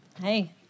Hey